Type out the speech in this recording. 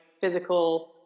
physical